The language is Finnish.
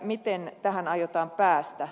miten tähän aiotaan päästä